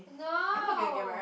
no